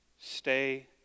Stay